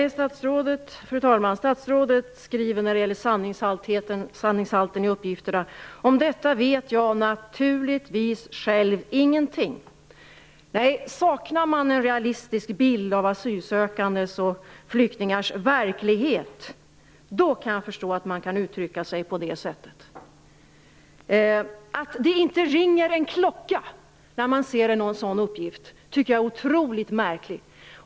Fru talman! Statsrådet skriver när det gäller sanningshalten i uppgifterna: "Om detta vet jag naturligtvis själv ingenting". Nej, saknar man en realistisk bild av asylsökandes och flyktingars verklighet, då kan jag förstå att man kan uttrycka sig på det sättet. Att det inte ringer en klocka när man ser en sådan uppgift tycker jag är otroligt märkligt.